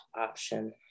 option